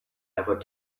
ever